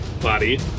body